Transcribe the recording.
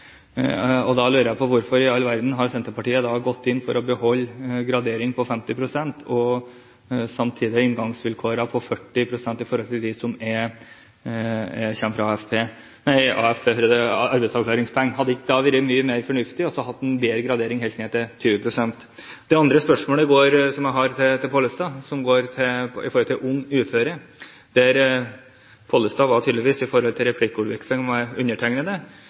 Da lurer jeg på hvorfor i all verden Senterpartiet har gått inn for å beholde gradering på 50 pst. og, samtidig, inngangsvilkårene på 40 pst. for dem som kommer fra arbeidsavklaringspenger. Hadde det ikke da vært mye mer fornuftig å ha en bedre gradering, helt ned til 20 pst. Det andre spørsmålet som jeg har til Pollestad, går på unge uføre. Pollestad mente tydeligvis i replikkvekslingen med undertegnede at forslaget vårt var urovekkende, og at det kunne bli for høye kostnader knyttet til